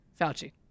Fauci